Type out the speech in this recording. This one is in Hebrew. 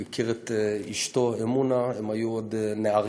הוא הכיר את אשתו אמונה כשהם היו עוד נערים,